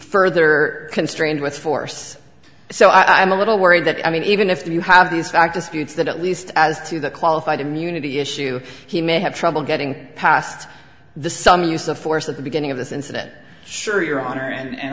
further constrained with force so i am a little worried that i mean even if you have these factors buttes that at least as to the qualified immunity issue he may have trouble getting past the some use of force at the beginning of this incident sure your honor and